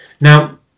Now